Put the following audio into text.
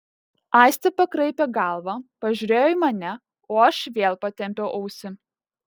aistė pakraipė galvą pažiūrėjo į mane o aš vėl patempiau ausį